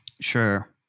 Sure